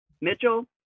Mitchell